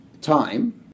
time